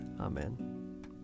Amen